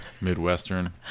Midwestern